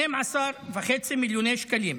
12.5 מיליוני שקלים,